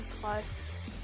plus